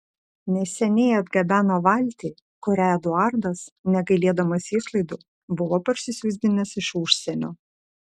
neseniai atgabeno valtį kurią eduardas negailėdamas išlaidų buvo parsisiųsdinęs iš užsienio